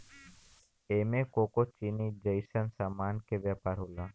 एमे कोको चीनी जइसन सामान के व्यापार होला